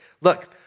Look